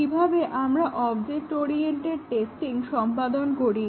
কিভাবে আমরা object oriented testing সম্পাদন করি